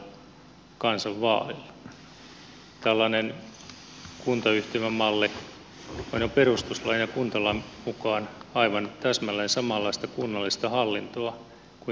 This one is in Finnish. tällainen kuntayhtymämalli on jo perustuslain ja kuntalain mukaan aivan täsmälleen samanlaista kunnallista hallintoa kuin mitä on peruskunnissakin